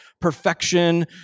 perfection